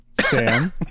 Sam